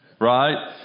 Right